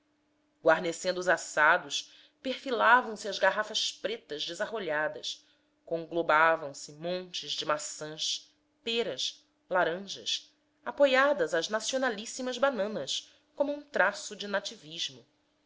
guarnecendo os assados perfilavam se as garrafas pretas desarrolhadas conglobavam se montes de maças peras laranjas apoiadas às nacionalíssimas bananas como um traço de nativismo